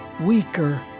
weaker